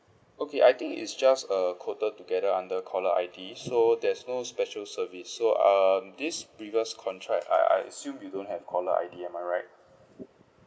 okay I think it's just uh quoted together under caller I_D so there's no special service so um this previous contract I I assume you don't have caller I_D am I right